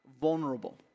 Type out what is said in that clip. vulnerable